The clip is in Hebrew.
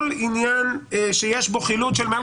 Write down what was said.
אין לי בעיה שתכתוב שכל עניין שיש בו חילוט של מעל